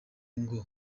ngo